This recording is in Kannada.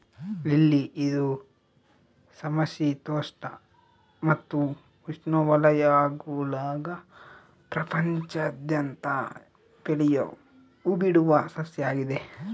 ಲಿಲ್ಲಿ ಇದು ಸಮಶೀತೋಷ್ಣ ಮತ್ತು ಉಷ್ಣವಲಯಗುಳಾಗ ಪ್ರಪಂಚಾದ್ಯಂತ ಬೆಳಿಯೋ ಹೂಬಿಡುವ ಸಸ್ಯ ಆಗಿದೆ